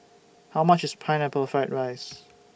How much IS Pineapple Fried Rice